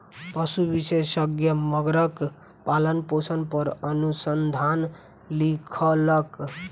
पशु विशेषज्ञ मगरक पालनपोषण पर अनुसंधान लिखलक